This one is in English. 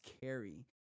carry